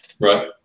right